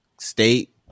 state